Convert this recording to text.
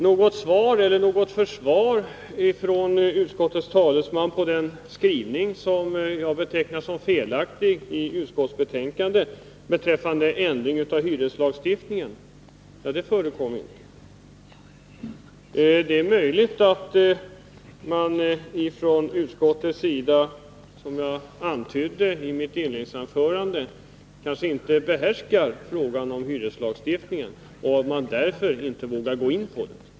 Något försvar för den skrivning i utskottets betänkande beträffande ändring av hyreslagstiftningen som jag betecknar som felaktig förekommer inte från utskottets talesman. Det är möjligt att man från utskottets sida, som jag antydde i mitt första anförande, kanske inte behärskar frågan om hyreslagstiftningen och att man därför inte vågar gå in på frågan.